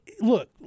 look